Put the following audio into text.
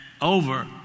Over